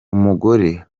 umugore